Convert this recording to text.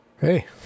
Hey